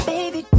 Baby